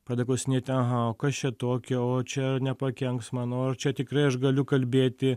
pradeda klausinėti aha o kas čia tokio o čia nepakenks mano o ar čia tikrai aš galiu kalbėti